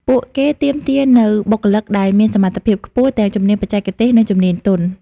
ពួកគេទាមទារនូវបុគ្គលិកដែលមានសមត្ថភាពខ្ពស់ ទាំងជំនាញបច្ចេកទេស និងជំនាញទន់។